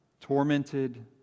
Tormented